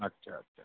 अच्छा अच्छा